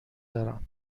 دارم